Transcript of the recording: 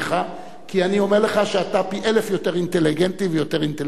כי אני אומר לך שאתה פי-אלף יותר אינטליגנטי ויותר אינטלקטואל ממני.